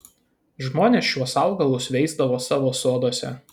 žmonės šiuos augalus veisdavo savo soduose